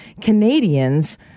Canadians